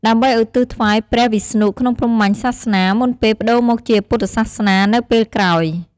ដើម្បីឧទ្ទិសថ្វាយព្រះវិស្ណុក្នុងព្រហ្មញ្ញសាសនា មុនពេលប្តូរមកជាពុទ្ធសាសនានៅពេលក្រោយ។